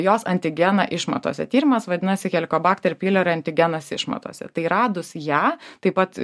jos antigeną išmatose tyrimas vadinasi helikobakter pyliori antigenas išmatose tai radus ją taip pat